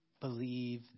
believe